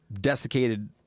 desiccated